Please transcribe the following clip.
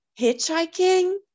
hitchhiking